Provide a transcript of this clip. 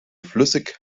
flüssig